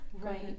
right